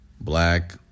Black